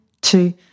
two